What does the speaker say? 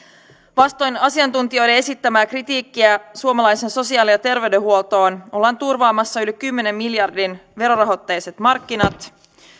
vastoin asiantuntijoiden esittämää kritiikkiä suomalaiseen sosiaali ja terveydenhuoltoon ollaan turvaamassa yli kymmenen miljardin verorahoitteiset markkinat